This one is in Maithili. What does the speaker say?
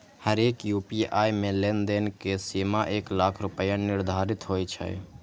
हरेक यू.पी.आई मे लेनदेन के सीमा एक लाख रुपैया निर्धारित होइ छै